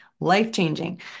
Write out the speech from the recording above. life-changing